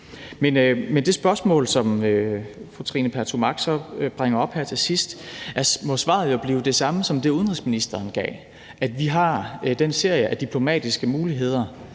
Men på det spørgsmål, som fru Trine Pertou Mach så bringer op her til sidst, må svaret jo blive det samme, som det udenrigsministeren gav, nemlig at vi har den serie af diplomatiske muligheder